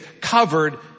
covered